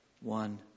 one